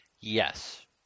Yes